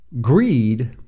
greed